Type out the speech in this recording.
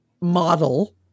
model